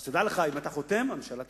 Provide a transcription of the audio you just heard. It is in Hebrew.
אז תדע לך, אם אתה חותם, הממשלה תיפול.